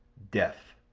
death!